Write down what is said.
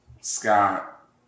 scott